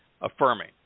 affirming